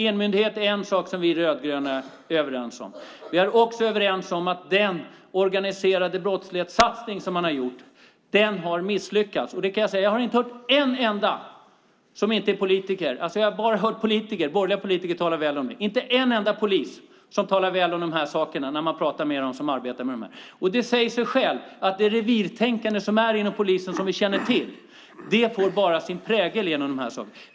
Enmyndighet är en sak som vi rödgröna är överens om. Vi är också överens om att satsningen mot den organiserade brottsligheten har misslyckats. Jag har bara hört borgerliga politiker tala väl om den. Det är inte en enda polis som talar väl om den när man pratar med dem som arbetar med organiserad brottslighet. Och det säger sig självt att det revirtänkande som finns inom polisen, som vi känner till, bara får sin prägel genom det här.